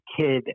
kid